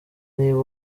niba